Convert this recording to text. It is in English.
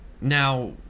now